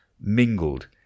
mingled